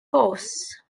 force